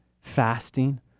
fasting